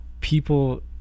people